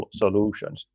solutions